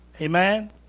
Amen